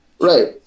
Right